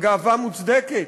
הגאווה מוצדקת,